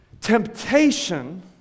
Temptation